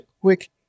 quick